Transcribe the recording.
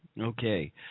Okay